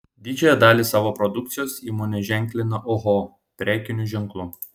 didžiąją dalį savo produkcijos įmonė ženklina oho prekiniu ženklu